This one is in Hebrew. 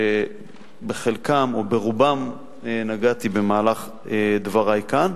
שבחלקם או ברובם נגעתי במהלך דברי כאן.